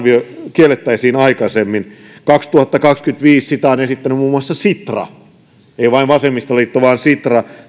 kiellettäisiin aikaisemmin kaksituhattakaksikymmentäviisi sitä on esittänyt muun muassa sitra ei vain vasemmistoliitto vaan sitra